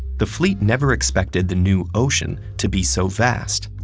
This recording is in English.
the fleet never expected the new ocean to be so vast.